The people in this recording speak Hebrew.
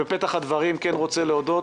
בפתח הדברים אני רוצה להודות